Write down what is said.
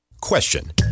question